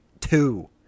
two